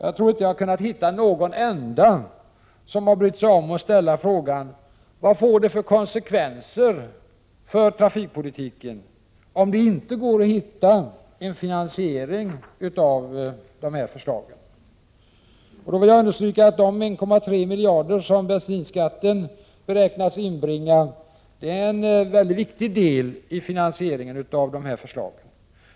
Jag tror inte att jag har kunnat hitta en enda kommentar, där man har brytt sig om att fråga: Vad får det för konsekvenser för trafikpolitiken, om det inte går att hitta en finansiering? Jag vill understryka att de 1,3 miljarder kronor som bensinskatten beräknas inbringa är en mycket viktig del av finansieringen.